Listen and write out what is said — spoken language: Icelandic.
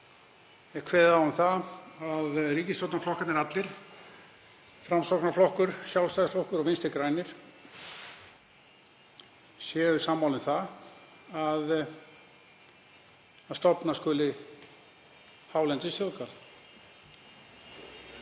er kveðið á um það að ríkisstjórnarflokkarnir allir, Framsóknarflokkur, Sjálfstæðisflokkur og Vinstri græn, séu sammála um það að stofna skuli hálendisþjóðgarð.